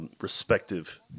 respective